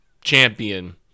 champion